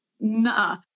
nah